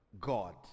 God